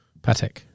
Patek